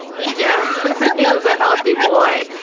yeah, yeah it was a healthy boy.